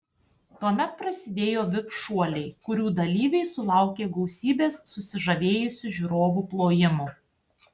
tuomet prasidėjo vip šuoliai kurių dalyviai sulaukė gausybės susižavėjusių žiūrovų plojimų